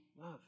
love